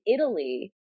Italy